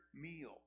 meal